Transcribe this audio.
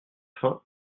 fin